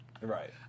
Right